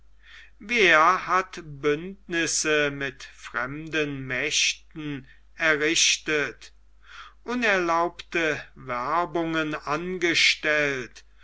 wer hat bündnisse mit fremden mächten errichtet unerlaubte werbungen angestellt